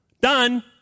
Done